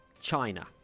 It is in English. China